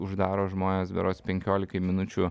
uždaro žmones berods penkiolikai minučių